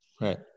Right